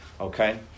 Okay